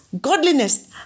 godliness